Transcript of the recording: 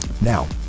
Now